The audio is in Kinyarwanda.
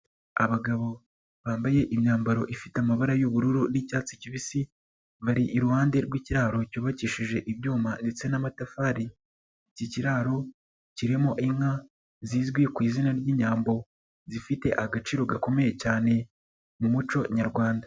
Abagabo bambaye imyambaro ifite amabara y'ubururu n'icyatsi kibisi bari iruhande rw'ikiraro cyubakishije ibyuma ndetse n'amatafari, iki kiraro kirimo inka zizwi ku izina ry'inyambo zifite agaciro gakomeye cyane mu muco nyarwanda.